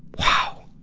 wow!